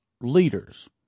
leaders